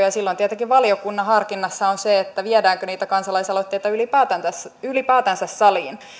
ja silloin tietenkin valiokunnan harkinnassa on se viedäänkö niitä kansalaisaloitteita ylipäätänsä ylipäätänsä saliin